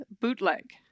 bootleg